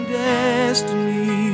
destiny